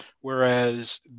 whereas